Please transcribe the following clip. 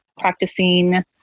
practicing